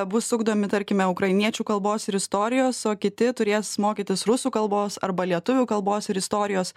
bus ugdomi tarkime ukrainiečių kalbos ir istorijos o kiti turės mokytis rusų kalbos arba lietuvių kalbos ir istorijos